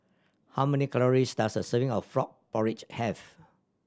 how many calories does a serving of frog porridge have